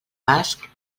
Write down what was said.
basc